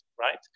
Right